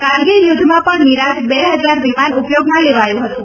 કારગીલ યુદ્ધમાં પણ મિરાજ ર હજાર વિમાન ઉપયોગમાં લેવાયું હતું